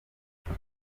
ubwo